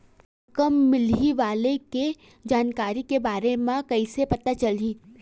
रकम मिलही वाले के जानकारी के बारे मा कइसे पता चलही?